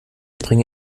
bringe